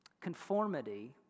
Conformity